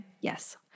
Yes